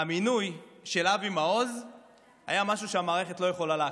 המינוי של אבי מעוז היה משהו שהמערכת לא יכולה להכיל.